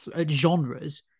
genres